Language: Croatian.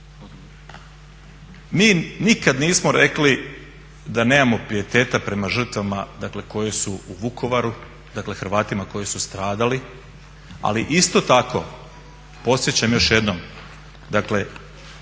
mi nikad nismo rekli da nemamo pijeteta prema žrtvama, dakle koje su u Vukovaru, dakle Hrvatima koji su stradali. Ali isto tako podsjećam još jednom, dakle